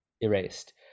erased